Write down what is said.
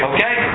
Okay